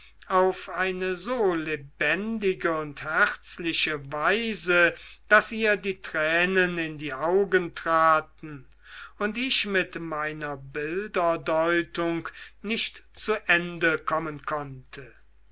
auf eine so lebendige und herzliche weise daß ihr die tränen in die augen traten und ich mit meiner bilderdeutung nicht zu ende kommen konnte